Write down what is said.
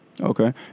Okay